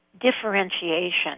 differentiation